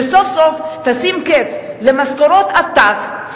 שסוף-סוף תשים קץ למשכורות עתק,